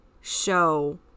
show